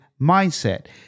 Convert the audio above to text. mindset